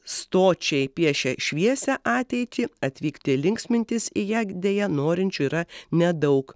stočiai piešia šviesią ateitį atvykti linksmintis į ją deja norinčių yra nedaug